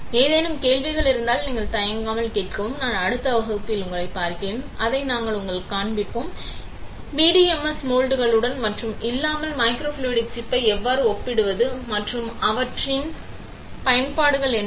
ஏதேனும் கேள்விகள் இருந்தால் தயங்காமல் கேட்கவும் நான் அடுத்த வகுப்பில் உங்களைப் பார்க்கிறேன் அதை நாங்கள் உங்களுக்குக் காண்பிப்போம் பிடிஎம்எஸ் மோல்டிங்குடன் மற்றும் இல்லாமல் மைக்ரோஃப்ளூய்டிக் சிப்பை எவ்வாறு ஒப்பிடுவது மற்றும் அவற்றின் பயன்பாடுகள் என்ன